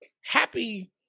Happy